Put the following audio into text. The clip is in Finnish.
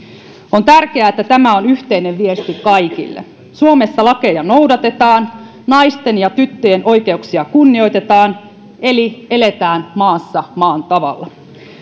on tärkeää että tämä on yhteinen viesti kaikille suomessa lakeja noudatetaan naisten ja tyttöjen oikeuksia kunnioitetaan eli eletään maassa maan tavalla